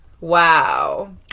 Wow